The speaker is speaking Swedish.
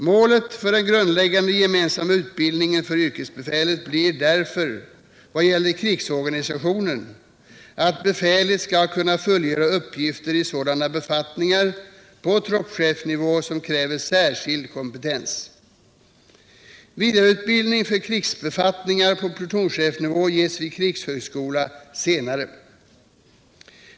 Målet för den grundläggande gemensamma utbildningen för yrkesbefälet blir därför vad gäller krigsorganisationen att befälet skall kunna fullgöra uppgifter i sådana befattningar på troppchefsnivå som kräver särskild kompetens. Vidareutbildning för krigsbefattningar på plutonchefsnivå ges vid krigshögskola senare.